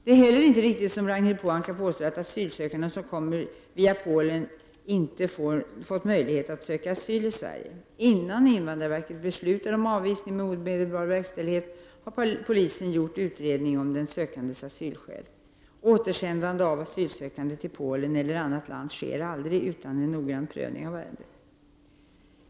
Det är inte heller riktigt, som Ragnhild Pohanka påstår, att asylsökande som-kommer via Polen inte har fått möjlighet att söka asyl i Sverige. Innan invandrarverket beslutar om avvisning med omedelbar verkställighet, har polisen gjort utredning om den sökandes asylskäl. Återsändande av asylsökande till Polen eller annat land sker aldrig utan en noggrann prövning av ärendet.